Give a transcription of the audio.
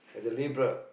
as a labourer